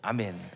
Amen